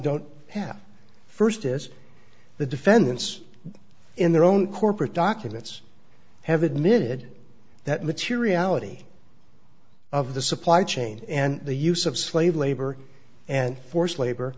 don't have first is the defendants in their own corporate documents have admitted that materiality of the supply chain and the use of slave labor and forced labor